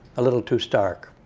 a little too stark.